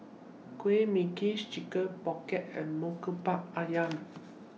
Kueh Manggis Chicken Pocket and Murtabak Ayam